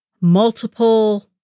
multiple